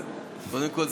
קודם כול,